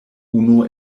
unu